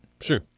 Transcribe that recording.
Sure